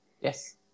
Yes